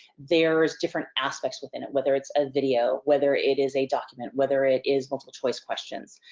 there's different aspects within it, whether it's a video, whether it is a document, whether it is multiple choice questions.